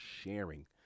sharing